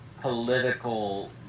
political